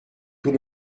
tout